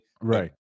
Right